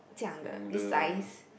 noodle